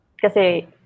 Kasi